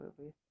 movie